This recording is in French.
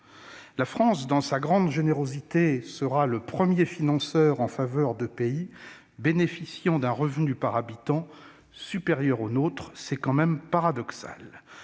La France, dans sa grande générosité, sera le premier financeur en faveur de pays bénéficiant d'un revenu par habitant supérieur au nôtre ; c'est tout de même paradoxal